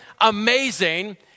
amazing